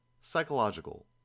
Psychological